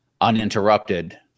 uninterrupted